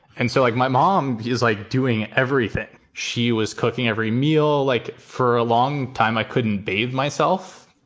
and so, like, my mom is like doing everything. she was cooking every meal, like for a long time. i couldn't bathe myself.